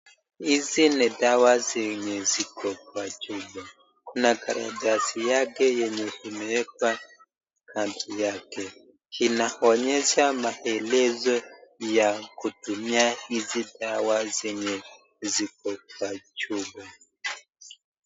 Hizi ni dawa zenye ziko kwa chupa, kuna karatasi yake yenye imewekwa kando yake, inaonyesha maelezo ya kutumia hizi dawa zenye ziko kwa chupa.